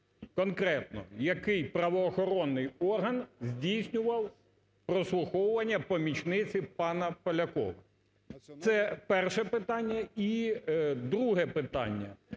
конкретно, який правоохоронний орган здійснював прослуховування помічниці пана Полякова – це перше питання. І друге питання.